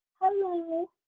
hello